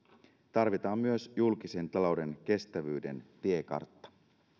tarvitaan myös julkisen talouden kestävyyden tiekartta